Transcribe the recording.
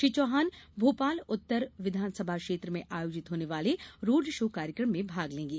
श्री चौहान भोपाल उत्तर विधानसभा क्षेत्र में आयोजित होने वाले रोड शो कार्यक्रम में भाग लेंगे